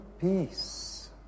peace